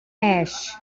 ash